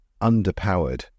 underpowered